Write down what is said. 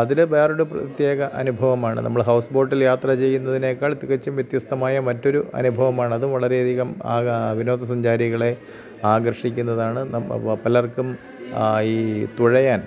അതിന് വേറൊരു പ്രത്യേക അനുഭവമാണ് നമ്മള് ഹൗസ് ബോട്ടില് യാത്ര ചെയ്യുന്നതിക്കാൾ തികച്ചും വ്യത്യസ്തമായ മറ്റൊരു അനുഭവമാണതും വളരെയധികം ആക വിനോദസഞ്ചാരികളെ ആകർഷിക്കുന്നതാണ് പലർക്കും ഈ തുഴയാൻ